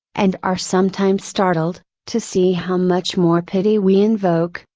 and are sometimes startled, to see how much more pity we invoke,